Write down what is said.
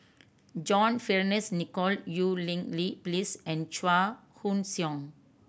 John Fearns Nicoll Eu Cheng Li Phyllis and Chua Koon Siong